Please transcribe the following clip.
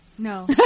No